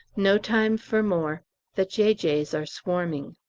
no time for more the j j s are swarming.